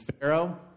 Pharaoh